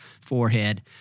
forehead